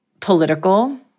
political